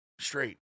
straight